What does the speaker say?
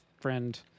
friend